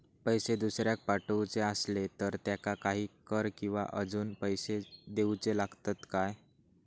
पैशे दुसऱ्याक पाठवूचे आसले तर त्याका काही कर किवा अजून पैशे देऊचे लागतत काय?